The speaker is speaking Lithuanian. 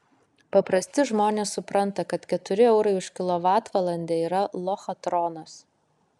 paprasti žmonės supranta kad keturi eurai už kilovatvalandę yra lochatronas